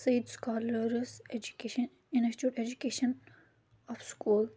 syed scholars education institute education of school